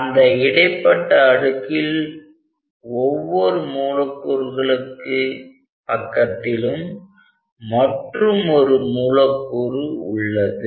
அந்த இடைப்பட்ட அடுக்கில் ஒவ்வொரு மூலக்கூறுகளுக்கு பக்கத்திலும் மற்றுமொரு மூலக்கூறு உள்ளது